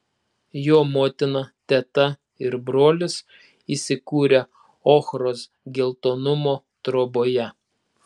jo motina teta ir brolis įsikūrę ochros geltonumo troboje